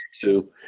two